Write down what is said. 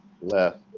Left